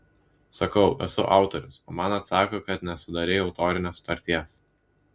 sakau esu autorius o man atsako kad nesudarei autorinės sutarties